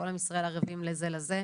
כל עם ישראל ערבים זה לזה.